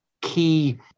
key